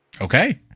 Okay